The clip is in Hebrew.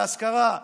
להשכרה,